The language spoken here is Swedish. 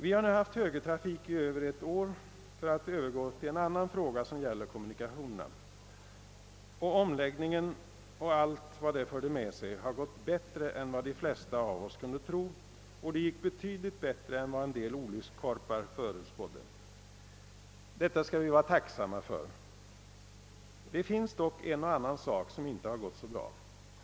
Vi har nu haft högertrafik i över ett år, för att nu övergå till en annan fråga som gäller kommunikationerna, och omläggningen och allt vad den förde med sig har gått bättre än vad de flesta av oss kunde tro, och det gick betydligt bättre än vad en del olyckskorpar förutspådde. Detta skall vi vara tacksamma för. Det finns dock en och annan sak som inte har gått så bra.